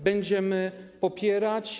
Będziemy go popierać.